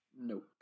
Nope